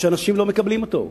שאנשים לא מקבלים אותו.